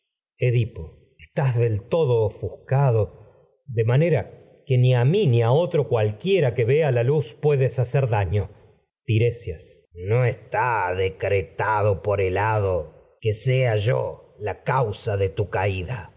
edipo mi estás del todo ofuscado de que vea manera que ni a ni a otro cualquiera la luz puedes hacer daño tiresias la causa no está decretado por el hado es que sea yo a cuyo de tu caída